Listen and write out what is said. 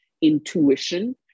intuition